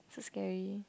so scary